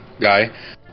Guy